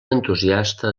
entusiasta